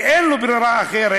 כי אין לו ברירה אחרת,